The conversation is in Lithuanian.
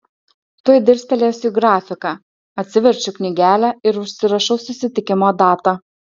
tuoj dirstelėsiu į grafiką atsiverčiu knygelę ir užsirašau susitikimo datą